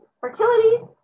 fertility